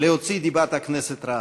להוציא דיבת הכנסת רעה.